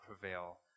prevail